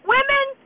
Women